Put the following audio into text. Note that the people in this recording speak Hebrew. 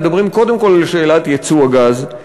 מדברים קודם כול על שאלת ייצוא הגז.